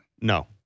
No